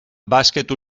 bàsquet